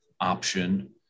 option